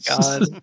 god